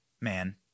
man